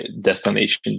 destination